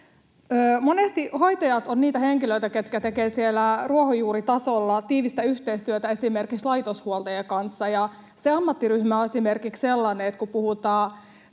Monesti hoitajat ovat niitä henkilöitä, ketkä tekevät siellä ruohonjuuritasolla tiivistä yhteistyötä esimerkiksi laitoshuoltajien kanssa. Esimerkiksi se ammattiryhmä on sellainen — kun puhutaan